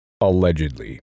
allegedly